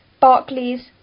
Barclays